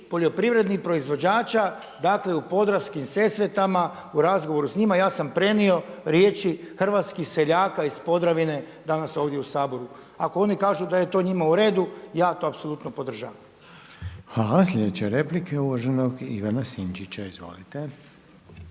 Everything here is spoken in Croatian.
poljoprivrednih proizvođača u Podravskim Sesvetama u razgovoru s njima. Ja sam prenio riječi hrvatskih seljaka iz Podravine danas ovdje u Saboru. Ako oni kažu da je to njima uredu, ja to apsolutno podržavam. **Reiner, Željko (HDZ)** Hvala. Sljedeća replika je uvaženog Ivana Sinčića. Izvolite.